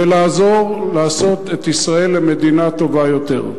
ולעזור לעשות את ישראל למדינה טובה יותר.